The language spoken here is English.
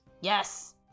Yes